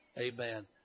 Amen